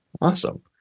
Awesome